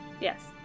Yes